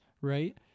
right